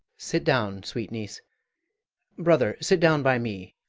sit down, sweet niece brother, sit down by me.